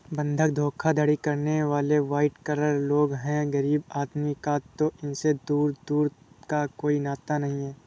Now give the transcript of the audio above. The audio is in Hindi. बंधक धोखाधड़ी करने वाले वाइट कॉलर लोग हैं गरीब आदमी का तो इनसे दूर दूर का कोई नाता नहीं है